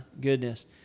goodness